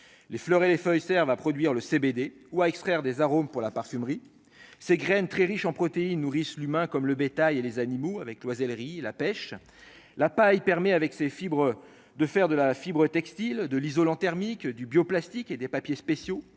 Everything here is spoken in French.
les fleurs et les feuilles Servent à produire le CBD ou à extraire des arômes pour la parfumerie ces graines très riche en protéines, nourrissent l'humain comme le bétail et les animaux avec Loisel, riz, la pêche, la paille permet avec ses fibres de faire de la fibre textile de l'isolant thermique du Bioplastics et des papiers spéciaux